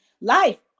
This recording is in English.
life